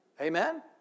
Amen